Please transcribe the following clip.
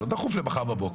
לא דחוף למחר בבוקר.